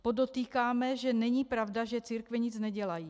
Podotýkáme, že není pravda, že církve nic nedělají.